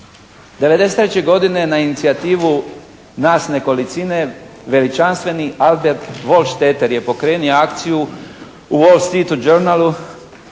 '93. godine na inicijativu nas nekolicine veličanstveni Albert Wolschteter je pokrenuo akciju u Wall Street-u Journalu